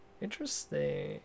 Interesting